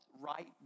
right